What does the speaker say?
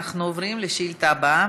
אנחנו עוברים לשאילתה הבאה,